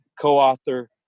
co-author